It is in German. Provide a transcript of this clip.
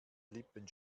lippen